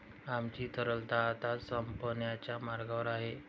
आमची तरलता आता संपण्याच्या मार्गावर आहे